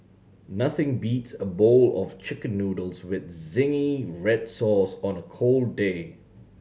nothing beats a bowl of Chicken Noodles with zingy red sauce on a cold day